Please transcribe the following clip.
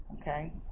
Okay